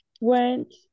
went